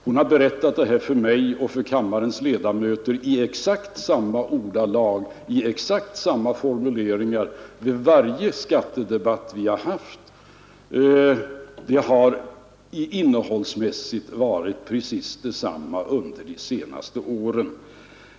Hon har berättat alltsammans för mig och för kammarens övriga ledamöter med exakt samma formuleringar vid varje skattedebatt som vi har haft. Innehållsmässigt har det varit precis detsamma under de senaste åren.